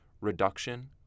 reduction